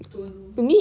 don't know